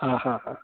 आहाहा